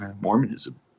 mormonism